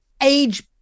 age